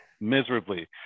miserably